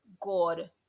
God